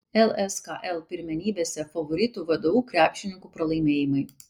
lskl pirmenybėse favoritų vdu krepšininkų pralaimėjimai